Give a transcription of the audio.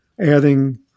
adding